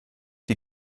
die